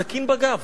סכין בגב.